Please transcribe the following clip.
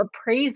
appraiser